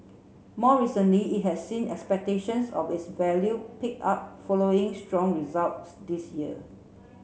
more recently it has seen expectations of its value pick up following strong results this year